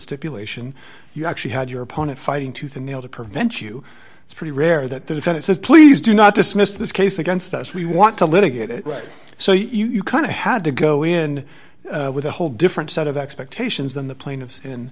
stipulation you actually had your opponent fighting tooth and nail to prevent you it's pretty rare that the defendant says please do not dismiss this case against us we want to litigate it right so you kind of had to go in with a whole different set of expectations than the plaintiffs in